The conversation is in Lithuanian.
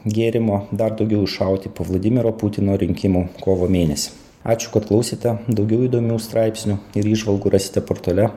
gėrimo dar daugiau iššauti po vladimiro putino rinkimų kovo mėnesį ačiū kad klausėte daugiau įdomių straipsnių ir įžvalgų rasite portale